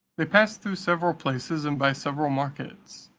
they passed through several places, and by several markets.